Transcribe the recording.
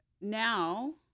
now